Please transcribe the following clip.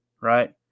right